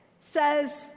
says